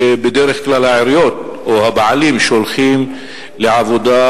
שבדרך כלל העיריות או הבעלים שולחים לעבודה